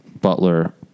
Butler